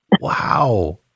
Wow